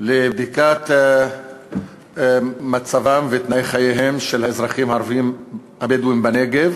לבדיקת מצבם ותנאי חייהם של האזרחים הערבים הבדואים בנגב,